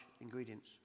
ingredients